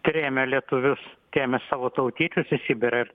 trėmė lietuvius trėmė savo tautiečius į sibirą ir